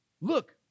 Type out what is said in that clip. look